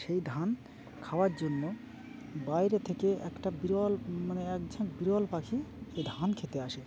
সেই ধান খাওয়ার জন্য বাইরে থেকে একটা বিরল মানে এক ঝাঁক বিরল পাখি এই ধান খেতে আসে